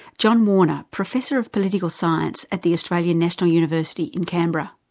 john wanna, professor of political science at the australian national university in canberra.